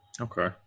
Okay